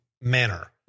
manner